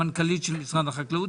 המנכ"לית של משרד החקלאות,